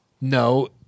no